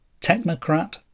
technocrat